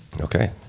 Okay